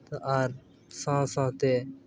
ᱟᱨ ᱥᱟᱶ ᱥᱟᱶᱛᱮ